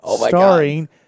starring